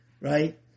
right